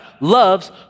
loves